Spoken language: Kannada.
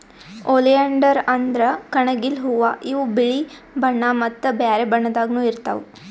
ಓಲಿಯಾಂಡರ್ ಅಂದ್ರ ಕಣಗಿಲ್ ಹೂವಾ ಇವ್ ಬಿಳಿ ಬಣ್ಣಾ ಮತ್ತ್ ಬ್ಯಾರೆ ಬಣ್ಣದಾಗನೂ ಇರ್ತವ್